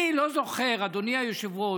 אני לא זוכר, אדוני היושב-ראש,